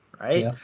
right